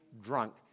drunk